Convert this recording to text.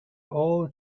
all